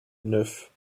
neuf